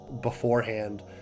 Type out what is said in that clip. beforehand